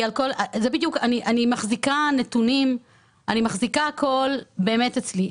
אני מחזיקה נתונים אצלי.